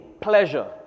pleasure